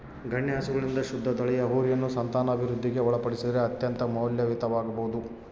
ಗಣ್ಯ ಹಸುಗಳಿಂದ ಶುದ್ಧ ತಳಿಯ ಹೋರಿಯನ್ನು ಸಂತಾನವೃದ್ಧಿಗೆ ಒಳಪಡಿಸಿದರೆ ಅತ್ಯಂತ ಮೌಲ್ಯಯುತವಾಗಬೊದು